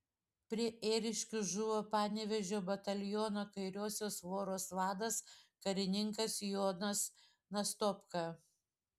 prie ėriškių žuvo panevėžio bataliono kairiosios voros vadas karininkas jonas nastopka